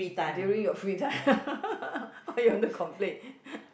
during your free time what you want to complain